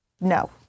No